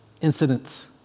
incidents